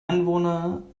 anwohner